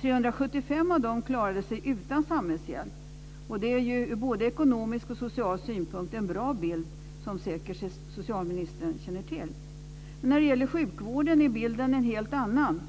375 av dem klarade sig utan samhällshjälp. Det är ur både ekonomisk och social synpunkt en bra bild, som socialministern säkert känner till. Men när det gäller sjukvården är bilden en helt annan.